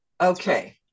Okay